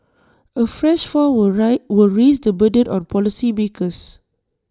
A fresh fall will rice raise the burden on policymakers